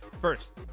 First